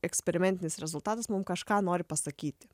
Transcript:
eksperimentinis rezultatas mum kažką nori pasakyti